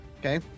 Okay